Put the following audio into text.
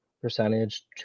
percentage